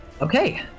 Okay